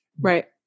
Right